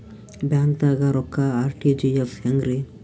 ಬ್ಯಾಂಕ್ದಾಗ ರೊಕ್ಕ ಆರ್.ಟಿ.ಜಿ.ಎಸ್ ಹೆಂಗ್ರಿ?